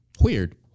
Weird